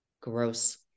gross